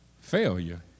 failure